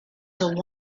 till